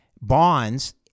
bonds